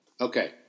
Okay